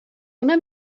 una